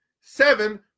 seven